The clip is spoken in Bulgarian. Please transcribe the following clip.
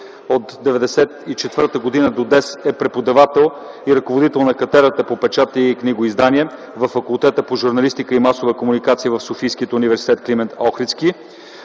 От 1994 г. до днес е преподавател и ръководител на Катедрата по печат и книгоиздания във Факултета по журналистика и масова комуникация в Софийския университет „Климент Охридски”.